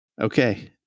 Okay